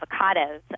avocados